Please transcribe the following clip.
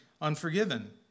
unforgiven